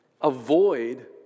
avoid